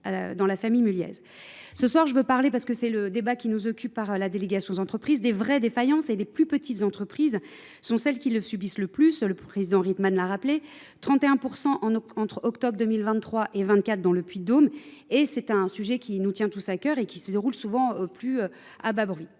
dans la famille Muliaise. Ce soir je veux parler parce que c'est le débat qui nous occupe par la délégation des entreprises. Des vraies défaillances et des plus petites entreprises sont celles qui le subissent le plus, le président Reitman l'a rappelé. 31% entre octobre 2023 et 2024 dans le Puy de Dôme et c'est un sujet qui nous tient tous à cœur et qui se déroule souvent plus à bas bruit.